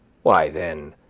why, then,